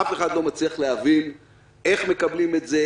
אף אחד לא מצליח להבין איך מקבלים את זה,